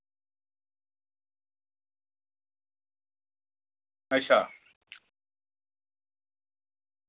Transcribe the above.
अच्छा